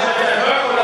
זה נגמר.